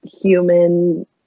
human